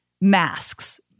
masks